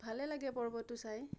ভালেই লাগে পৰ্বটো চাই